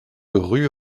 rue